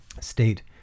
state